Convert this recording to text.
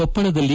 ಕೊಪ್ಪಳದಲ್ಲಿ